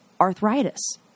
arthritis